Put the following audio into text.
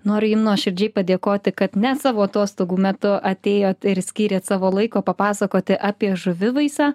noriu jum nuoširdžiai padėkoti kad net savo atostogų metu atėjot ir skyrėt savo laiko papasakoti apie žuvivaisą